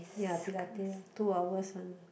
ya Pilate ah two hours one uh